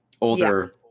older